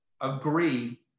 agree